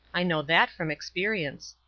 i know that from experience.